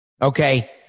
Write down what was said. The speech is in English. Okay